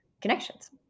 connections